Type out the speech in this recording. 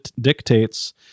dictates